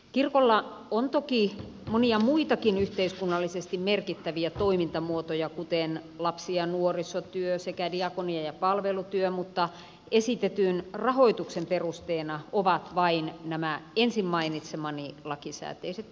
kirkolla on toki monia muitakin yhteiskunnallisesti merkittäviä toimintamuotoja kuten lapsi ja nuorisotyö sekä diakonia ja palvelutyö mutta esitetyn rahoituksen perusteena ovat vain nämä ensin mainitsemani lakisääteiset tehtävät